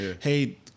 Hey